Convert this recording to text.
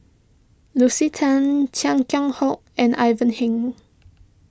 Lucy Tan Chia Keng Hock and Ivan Heng